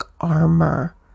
armor